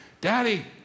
Daddy